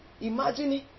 Imagine